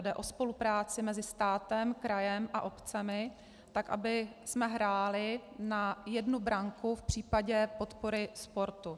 Jde o spolupráci mezi státem, krajem a obcemi tak, abychom hráli na jednu branku v případě podpory sportu.